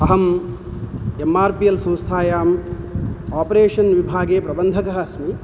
अहं M R P L संस्थायाम् operation विभागे प्रबन्धकः अस्मि